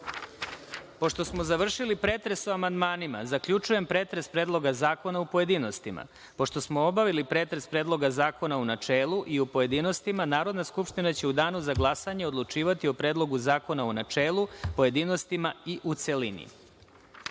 glasa. Pošto smo završili pretres o amandmanima, zaključujem pretres Predloga zakona u pojedinostima. Pošto smo obavili pretres Predloga zakona u načelu i u pojedinostima, Narodna skupština će u danu za glasanje odlučivati o Predlogu zakona u načelu, pojedinostima i u